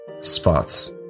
Spots